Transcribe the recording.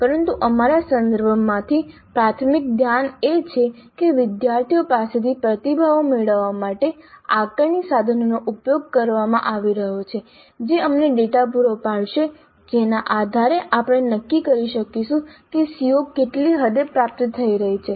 પરંતુ અમારા સંદર્ભમાંથી પ્રાથમિક ધ્યાન એ છે કે વિદ્યાર્થીઓ પાસેથી પ્રતિભાવો મેળવવા માટે આકારણી સાધનોનો ઉપયોગ કરવામાં આવી રહ્યો છે જે અમને ડેટા પૂરો પાડશે જેના આધારે આપણે નક્કી કરી શકીશું કે CO કેટલી હદે પ્રાપ્ત થઈ રહી છે